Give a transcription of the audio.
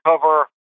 cover